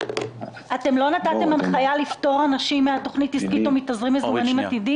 לא נתתם הנחיה לפטור אנשים מתוכנית עסקית או מתזרים מזומנים עתידי?